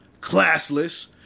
Classless